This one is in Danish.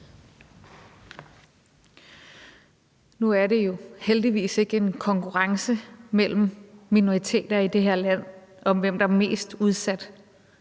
Nu er det jo heldigvis ikke en konkurrence mellem minoriteter i det her land om, hvem der er mest udsat.